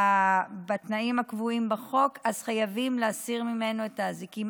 בתנאים הקבועים בחוק אז חייבים להסיר ממנו את האזיקים.